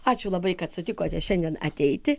ačiū labai kad sutikote šiandien ateiti